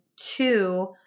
two